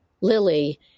Lily